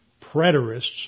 preterists